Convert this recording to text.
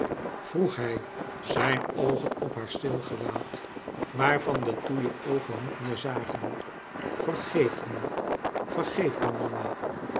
vroeg hij zijn oogen op haar stil gelaat waarvan de toe ë oogen niet meer zagen vergeef me vergeef me mama